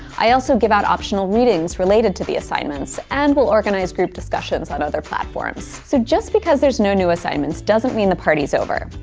i also give out optional readings related to the assignments, and we'll organize group discussions on other platforms. so just because there's no new assignments doesn't mean the party's over.